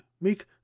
make